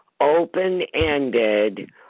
open-ended